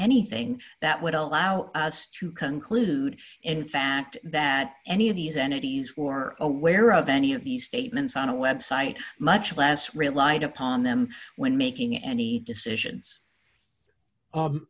anything that would allow us to conclude in fact that any of these entities wore aware of any of these statements on a website much less relied upon them when making any decisions